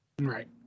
Right